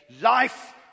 life